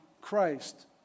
Christ